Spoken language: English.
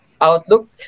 outlook